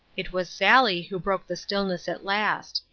it was sally who broke the stillness at last.